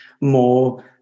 more